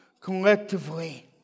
collectively